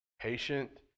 patient